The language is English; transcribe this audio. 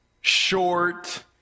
short